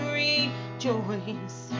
rejoice